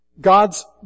God's